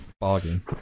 bargain